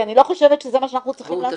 כי אני לא חושבת שזה מה שאנחנו צריכים לעשות.